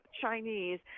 Chinese